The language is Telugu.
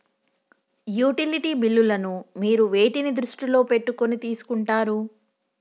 యుటిలిటీ బిల్లులను మీరు వేటిని దృష్టిలో పెట్టుకొని తీసుకుంటారు?